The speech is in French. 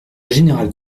général